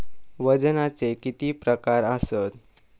वजनाचे किती प्रकार आसत?